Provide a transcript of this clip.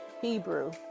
Hebrew